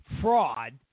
fraud